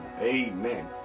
amen